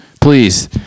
Please